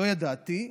לא ידעתי,